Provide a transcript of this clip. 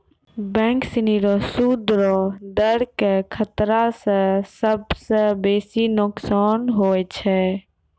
bank सिनी रो सूद रो दर के खतरा स सबसं बेसी नोकसान होय छै